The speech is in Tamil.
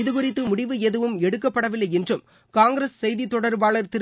இதுகுறித்து மூடிவு எதுவும் எடுக்கப்படவில்லை என்றும் காங்கிரஸ் செய்தித்தொடர்பாளர் திரு